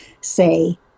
say